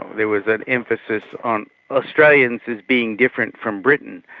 there was an emphasis on australians as being different from britain.